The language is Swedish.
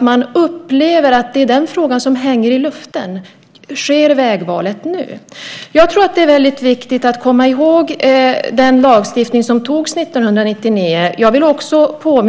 Man upplever att frågan hänger i luften, och man vill veta när vägvalet sker. Det är viktigt att komma ihåg den lagstiftning som gjordes 1999.